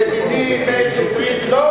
ידידי מאיר שטרית,